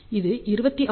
இது 26